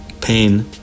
Pain